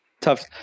Tough